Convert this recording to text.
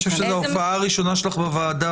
אני חושב שזו ההופעה הראשונה שלך בוועדה.